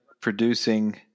producing